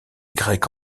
grecs